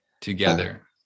together